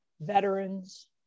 veterans